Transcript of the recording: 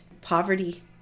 Poverty